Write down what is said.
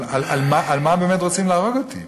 על מה באמת רוצים להרוג אותי.